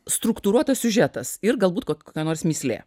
struktūruotas siužetas ir galbūt kokia nors mįslė